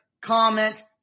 Comment